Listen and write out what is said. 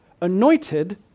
anointed